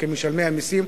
כמשלמי המסים,